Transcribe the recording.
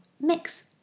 mix